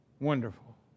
Wonderful